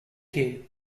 you